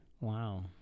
Wow